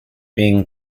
being